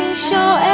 show